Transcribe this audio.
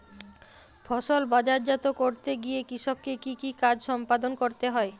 ফসল বাজারজাত করতে গিয়ে কৃষককে কি কি কাজ সম্পাদন করতে হয়?